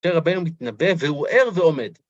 יותר הרבה הוא מתנבא, והוא ער ועומד.